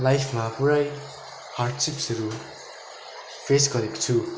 लाइफमा पुरै हार्डसिप्सहरू फेस गरेको छु